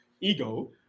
ego